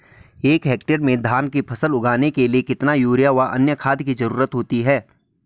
एक हेक्टेयर में धान की फसल उगाने के लिए कितना यूरिया व अन्य खाद की जरूरत होती है?